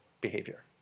behavior